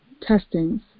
testings